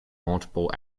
multiple